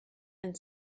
and